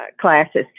classes